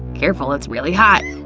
careful, it's really hot.